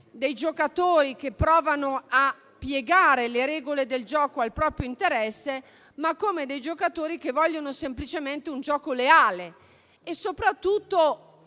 dei giocatori che provano a piegare le regole del gioco al proprio interesse, ma come dei giocatori che vogliono semplicemente un gioco leale e soprattutto